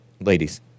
ladies